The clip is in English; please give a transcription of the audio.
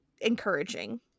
encouraging